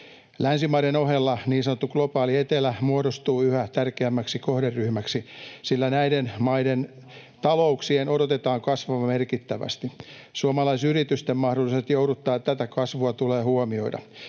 Länsimaiden ohella niin sanottu globaali etelä muodostuu yhä tärkeämmäksi kohderyhmäksi, sillä näiden maiden talouksien odotetaan kasvavan merkittävästi. Suomalaisyritysten mahdollisuudet jouduttaa tätä kasvua tulee huomioida.